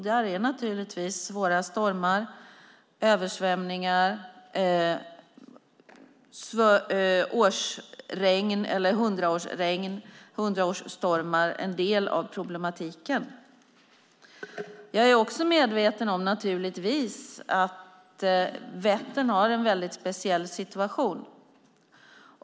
Där är naturligtvis svåra stormar, översvämningar, hundraårsregn och hundraårsstormar en del av problematiken. Jag är också medveten om att Vättern har en speciell situation.